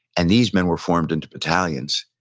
and these men were formed into batalions.